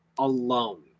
alone